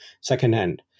secondhand